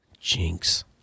Jinx